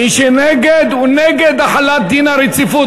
מי שנגד הוא נגד החלת דין הרציפות.